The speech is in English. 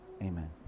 amen